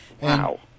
Wow